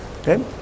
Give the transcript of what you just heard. Okay